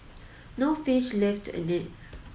no fish lived in it